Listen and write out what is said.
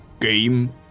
Game